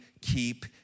keep